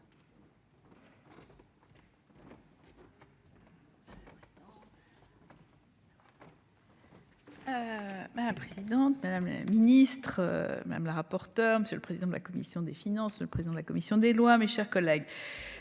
Mais la présidente, madame la ministre, madame la rapporteure, monsieur le président de la commission des finances, le président de la commission des lois, mes chers collègues,